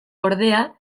ordea